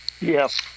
Yes